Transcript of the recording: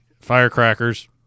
firecrackers